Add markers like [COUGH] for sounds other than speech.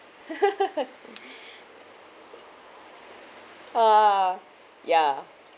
[LAUGHS] [BREATH] ah ya